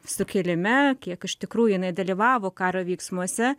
sukilime kiek iš tikrųjų jinai dalyvavo karo veiksmuose